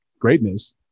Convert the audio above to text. greatness